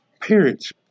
parents